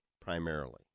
primarily